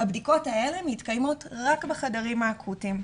הבדיקות האלה מתקיימות רק בחדרים האקוטיים.